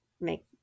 make